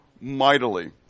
mightily